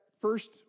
first